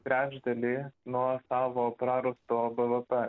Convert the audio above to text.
trečdalį nuo tavo prarasto bvp